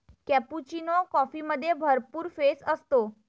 cappuccino कॉफीमध्ये भरपूर फेस असतो